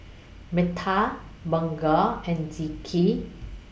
Bunga and Zikri